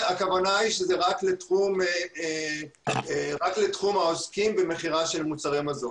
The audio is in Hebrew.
הכוונה היא שזה רק לתחום העוסקים במכירה של מוצרי מזון.